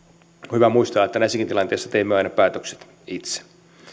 hyvä muistaa että näissäkin tilanteissa teemme aina päätökset itse